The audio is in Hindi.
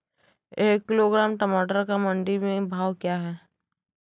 एक किलोग्राम टमाटर का मंडी में भाव क्या है?